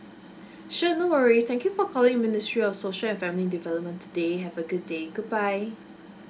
sure no worries thank you for calling ministry of social and family developments today have a good day goodbye